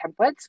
templates